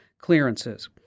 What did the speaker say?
clearances